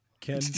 Ken